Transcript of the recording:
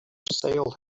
sale